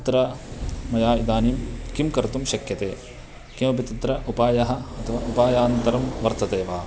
तत्र मया इदानीं किं कर्तुं शक्यते किमपि तत्र उपायः अथवा उपायान्तरं वर्तते वा